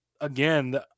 again